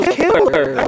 killer